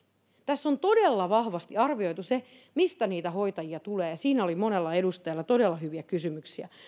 tässä on todella vahvasti arvioitu se mistä niitä hoitajia tulee siinä oli monella edustajalla todella hyviä kysymyksiä